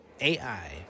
AI